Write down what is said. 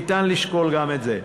יהיה אפשר לשקול גם את זה.